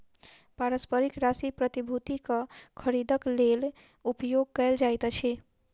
पारस्परिक राशि प्रतिभूतिक खरीदक लेल उपयोग कयल जाइत अछि